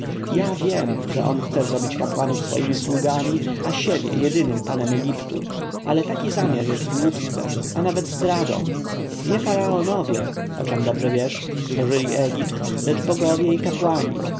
ja wiem że on chce zrobić kapłanów swoimi sługami a siebie jedynym panem egiptu ale taki zamiar jest głupstwem a nawet zdradą nie faraonowie o czem dobrze wiesz stworzyli egipt lecz bogowie i kapłani